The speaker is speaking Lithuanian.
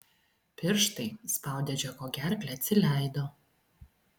pirštai spaudę džeko gerklę atsileido